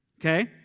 okay